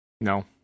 No